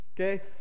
Okay